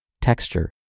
texture